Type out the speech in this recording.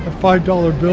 five dollars bill